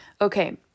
Okay